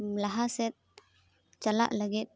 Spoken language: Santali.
ᱞᱟᱦᱟᱥᱮᱫ ᱪᱟᱞᱟᱜ ᱞᱟᱹᱜᱤᱫ